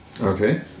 Okay